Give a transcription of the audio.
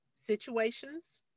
Situations